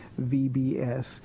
VBS